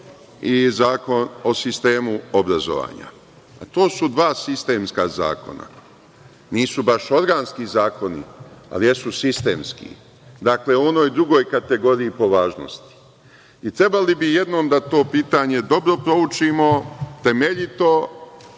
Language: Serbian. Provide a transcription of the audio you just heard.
i Zakon o sistemu obrazovanja. To su dva sistemska zakona, nisu baš organski zakoni, ali jesu sistemski. Dakle, u onoj drugoj kategoriji po važnosti i trebalo bi da jednom to pitanje dobro proučimo, temeljito,